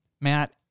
Matt